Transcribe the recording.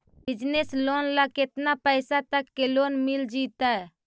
Business loan ल केतना पैसा तक के लोन मिल जितै?